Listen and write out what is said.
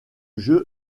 jeu